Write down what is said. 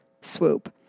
swoop